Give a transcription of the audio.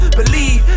believe